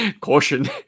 caution